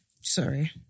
Sorry